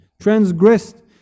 transgressed